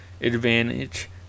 advantage